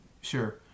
Sure